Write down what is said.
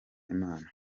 imana